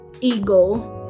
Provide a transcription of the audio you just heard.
ego